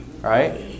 right